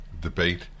debate